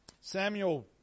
Samuel